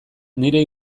nire